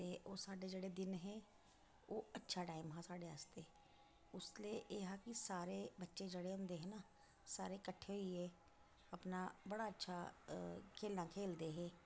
ते ओह् साड्डे जेह्ड़े दिन हे ओह् अच्छा टाइम हा साढ़े आस्तै उसलै एह् हा कि सारे बच्चे जेह्ड़े होंदे हा नां सारे कट्ठे होइयै अपना बड़ा अच्छा खेलां खेलदे हे